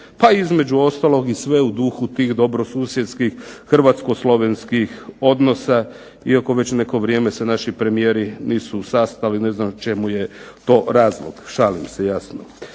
pa između ostalog i sve u duhu tih dobrosusjedskih hrvatsko-slovenskih odnosa, iako već neko vrijeme se naši premijeri nisu sastali, ne znam čemu je to razlog. Šalim se jasno.